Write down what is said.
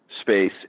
space